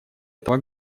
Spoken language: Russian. этого